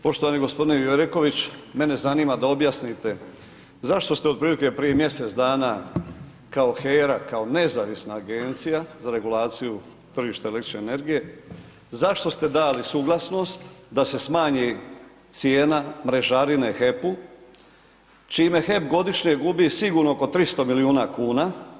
Poštovani g. Jureković, mene zanima da objasnite zašto ste otprilike prije mjesec dana kao HERA, kao nezavisna agencija za regulaciju tržišta električne energije, zašto ste dali suglasnost da se smanji cijena mrežarine HEP-u, čime HEP godišnje gubi sigurno oko 300 milijuna kuna.